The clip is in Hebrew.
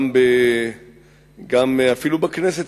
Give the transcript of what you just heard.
אפילו בכנסת,